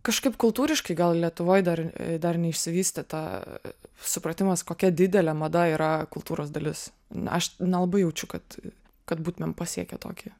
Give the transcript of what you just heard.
kažkaip kultūriškai gal lietuvoj dar dar neišsivystė ta supratimas kokia didelė mada yra kultūros dalis aš nelabai jaučiu kad kad būtumėm pasiekę tokį